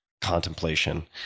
contemplation